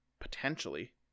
potentially